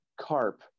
carp